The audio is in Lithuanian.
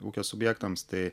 ūkio subjektams tai